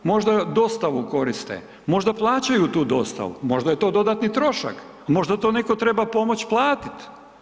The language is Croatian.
Možda dostavu koriste, možda plaćaju tu dostavu, možda je to dodatni trošak, možda to neko treba pomoć platit?